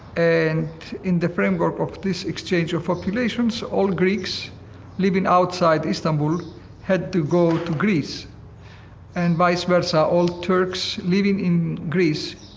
and in the framework of this exchange of populations, all greeks living outside istanbul had to go to greece and, vice versa, all turks living in greece